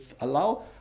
allow